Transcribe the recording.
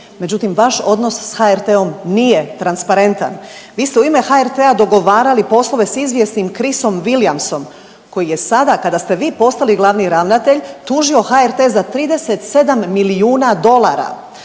međutim vaš odnos s HRT-om nije transparentan. Vi ste u ime HRT-a dogovarali poslove s izvjesnim Chrisom Wiliamsom koji je sada kada ste vi postali glavni ravnatelj tužio HRT za 37 milijuna dolara.